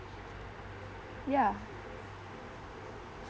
ya